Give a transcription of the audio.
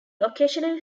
occasionally